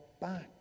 back